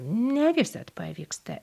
ne visad pavyksta